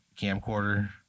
camcorder